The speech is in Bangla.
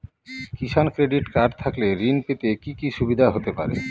কিষান ক্রেডিট কার্ড থাকলে ঋণ পেতে কি কি সুবিধা হতে পারে?